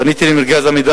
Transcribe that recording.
פניתי אל משרד ראש הממשלה